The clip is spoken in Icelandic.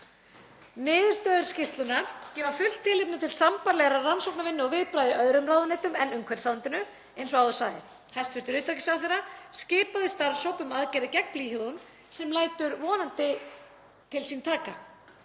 Niðurstöður skýrslunnar gefa fullt tilefni til sambærilegrar rannsóknarvinnu og viðbragða í öðrum ráðuneytum en umhverfisráðuneytinu, eins og áður sagði. Hæstv. utanríkisráðherra skipaði starfshóp um aðgerðir gegn blýhúðun sem lætur vonandi til sín taka.